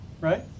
Right